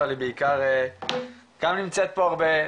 אבל בעיקר גם נמצאת פה הרבה,